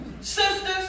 Sisters